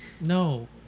No